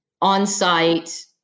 on-site